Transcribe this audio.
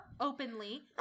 openly